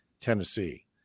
Tennessee